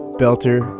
belter